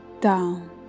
down